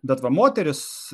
bet va moterys